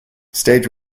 stage